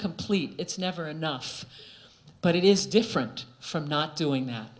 complete it's never enough but it is different from not doing that